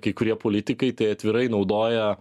kai kurie politikai tai atvirai naudoja